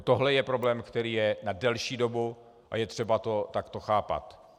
Tohle je problém, který je na delší dobu, a je třeba to takto chápat.